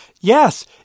yes